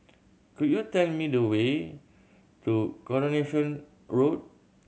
could you tell me the way to Coronation Road